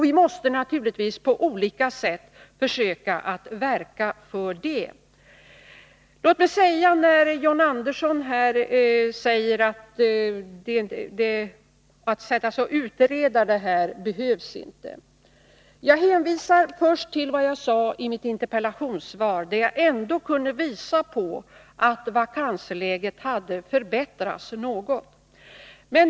Vi måste naturligtvis på olika sätt försöka verka för det. John Andersson säger att det inte behövs att man sätter sig och utreder detta. Låt mig först hänvisa till vad jag sade i mitt interpellationssvar, där jag ändå kunde visa på att vakansläget hade förbättrats något.